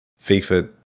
FIFA